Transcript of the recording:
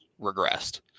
regressed